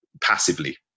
passively